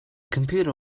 computer